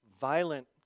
violent